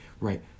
right